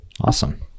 Awesome